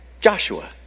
Joshua